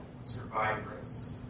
survivors